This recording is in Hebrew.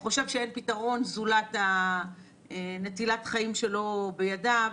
חושב שאין פתרון זולת נטילת החיים שלו בידיו.